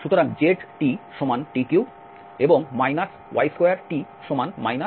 সুতরাং ztt3 এবং y2t t4